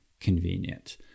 convenient